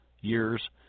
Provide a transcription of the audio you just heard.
years